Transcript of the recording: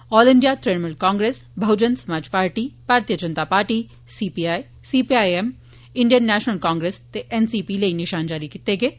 all India Trinamool Congress Bahujan Samaj Party Bharatiya Janata Party CPI CPIM Indian National Congress ते NCP लेई निशान जारी करी दित्ते न